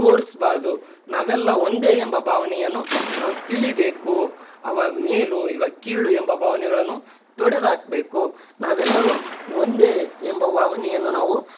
ತೋರಿಸ್ಬಾರದು ನಾವೆಲ್ಲ ಒಂದೇ ಎಂಬ ಭಾವನೆಯನ್ನು ನಾವು ತಿಳಿಬೇಕು ಅವ ಮೇಲು ಇವ ಕೀಳು ಎಂಬ ಭಾವನೆಗಳನ್ನು ತೊಡೆದಾಕಬೇಕು ನಾವೆಲ್ಲರೂ ಒಂದೇ ಎಂಬ ಭಾವನೆಯನು ನಾವು